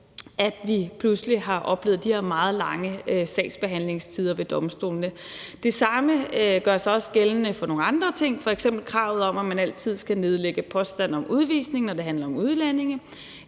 at vi pludselig har oplevet de her meget lange sagsbehandlingstider ved domstolene. Det samme gør sig også gældende for nogle andre ting, f.eks. kravet om, at man altid skal nedlægge påstand om udvisning, når det handler om udlændinge,